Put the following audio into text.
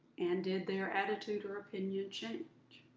and did their attitude or opinion change?